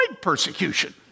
persecution